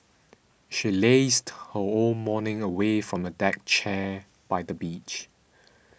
she lazed her whole morning away on a deck chair by the beach